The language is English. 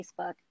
Facebook